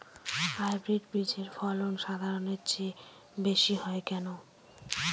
Hybrid বীজের ফলন সাধারণের চেয়ে বেশী হয় কেনো?